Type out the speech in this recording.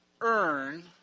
earn